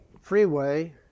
freeway